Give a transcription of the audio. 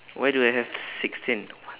why do I have sixteen